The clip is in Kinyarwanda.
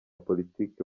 politiki